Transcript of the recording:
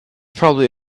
probably